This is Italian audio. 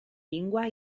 lingua